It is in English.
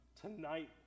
Tonight